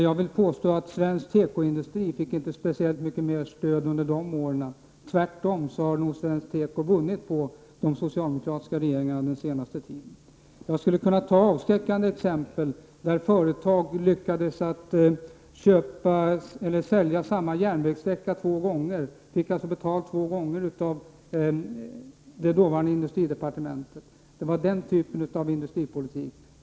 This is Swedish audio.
Jag vill påstå att svensk tekoindustri inte fick speciellt mycket mer stöd under de borgerliga åren. Svensk teko har nog tvärtom vunnit på de socialdemokratiska regeringarnas politik under den senaste tiden. Jag skulle kunna nämna avskräckande exempel på hur företag lyckades sälja samma järnvägssträcka två gånger. De fick alltså betalt två gånger av det dåvarande industridepartementet. Det var den typen av industripolitik som fördes.